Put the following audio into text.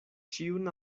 ĉiun